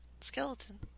skeleton